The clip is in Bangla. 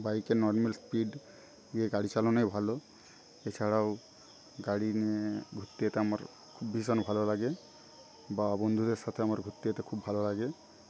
বাইকে নর্মাল স্পিড দিয়ে গাড়ি চালানোই ভালো এছাড়াও গাড়ি নিয়ে ঘুরতে যেতে আমার ভীষণ ভালো লাগে বা বন্ধুদের সাথে আমার ঘুরতে যেতে খুব ভালো লাগে